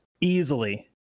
Easily